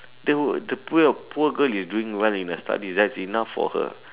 the poor poor girl is doing well in her studies that's enough for her